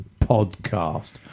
podcast